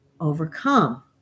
overcome